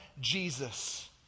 Jesus